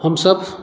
हमसब